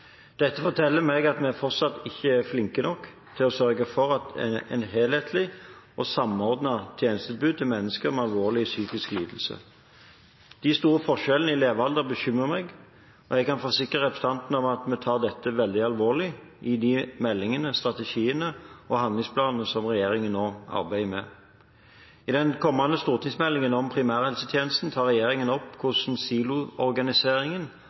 Dette forteller meg at vi fortsatt ikke er flinke nok til å sørge for at et helhetlig og samordnet tjenestetilbud til mennesker med alvorlige psykiske lidelser. De store forskjellene i levealder bekymrer meg, og jeg kan forsikre representanten om at vi tar dette veldig alvorlig i de meldingene, strategiene og handlingsplanene som regjeringen nå arbeider med. I den kommende stortingsmeldingen om primærhelsetjenesten tar regjeringen opp hvordan siloorganiseringen